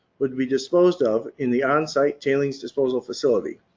would be disposed of, in the on site tailings disposal facility.